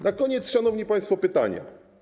Na koniec, szanowni państwo, pytanie.